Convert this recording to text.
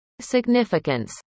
Significance